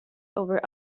over